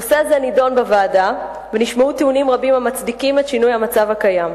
נושא זה נדון בוועדה ונשמעו טיעונים רבים המצדיקים את שינוי המצב הקיים.